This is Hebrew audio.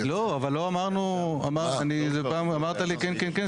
לא, אבל אמרת לי כן, כן, כן.